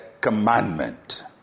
commandment